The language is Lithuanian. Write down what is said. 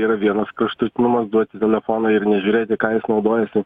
yra vienas kraštutinumas duoti telefoną ir nežiūrėti ką jis naudojasi